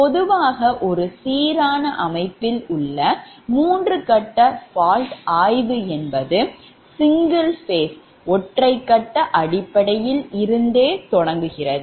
பொதுவாக ஒரு சீரான அமைப்புல் உள்ள மூன்று கட்ட fault ஆய்வு என்பது single phase ஒற்றை கட்ட அடிப்படையில் இருந்து தொடங்கும்